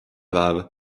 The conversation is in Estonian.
päev